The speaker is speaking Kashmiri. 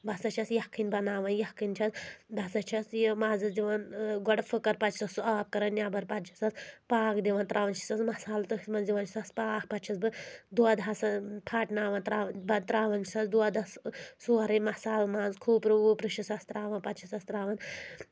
بہٕ ہسا چھس یَخٕنۍ بناوَان یَخٕنۍ چھَس بہٕ ہسا چھَس یہِ مَازَس دِوان گۄڈٕ فھٕکر پَتہٕ چھَس سُہ آب کران نؠبر پتہٕ چھےٚ سس پاکھ دِوان ترٛاوان چھےٚ سس مسالہٕ تٔتھۍ منٛز دِوان چھےٚ سس پاکھ پتہٕ چھےٚ سس بہٕ دۄد ہسا پھٹناوان تراوان پَتہٕ ترٛاوَان چھُس دۄدَس سورُے مسالہٕ منٛزٕ کھوٗپرٕ ووٗپرٕ چھُس اسہِ ترٛاوَان پَتہٕ چھَس تراوان